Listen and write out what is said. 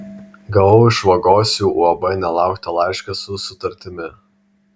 gavau iš vagos jau uab nelauktą laišką su sutartimi